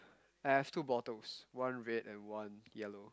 I have two bottles one red and one yellow